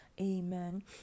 amen